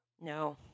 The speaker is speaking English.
No